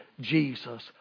jesus